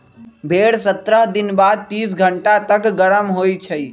भेड़ सत्रह दिन बाद तीस घंटा तक गरम होइ छइ